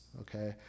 okay